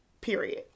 Period